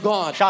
God